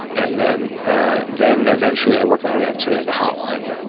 and then ah then eventually i worked my way up to the hot line.